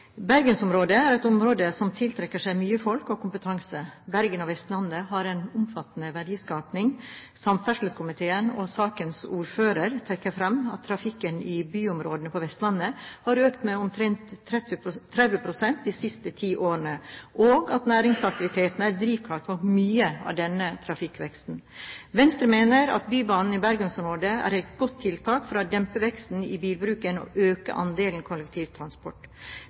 Bergensområdet er et område som tiltrekker seg mye folk og kompetanse. Bergen og Vestlandet har en omfattende verdiskaping. Samferdselskomiteen og sakens ordfører trekker fram at trafikken i byområdene på Vestlandet har økt med omtrent 30 pst. de siste ti årene, og at næringsaktivitet er drivkraften bak mye av denne trafikkveksten. Venstre mener at Bybanen i bergensområdet er et godt tiltak for å dempe veksten i bilbruken og øke andelen kollektivtransport.